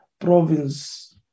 province